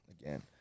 again